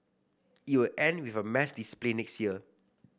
it will end with a mass display next year